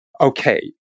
Okay